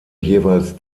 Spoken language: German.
jeweils